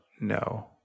No